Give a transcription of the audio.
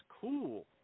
cool